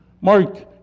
Mark